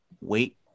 Wait